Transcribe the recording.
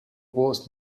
was